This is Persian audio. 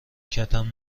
کتم